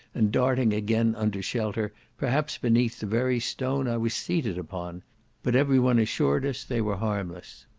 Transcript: and darting again under shelter, perhaps beneath the very stone i was seated upon but every one assured us they were harmless.